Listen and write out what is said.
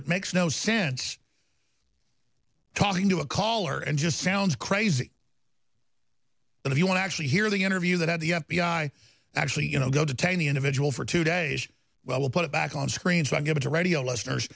it makes no sense talking to a caller and just sounds crazy but if you want to actually hear the interview that had the f b i actually you know go detain the individual for two days well put it back on screen so i give it to radio listeners